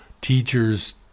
teachers